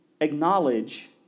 acknowledge